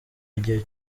igihe